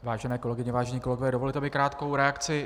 Vážené kolegyně, vážení kolegové, dovolte mi krátkou reakci.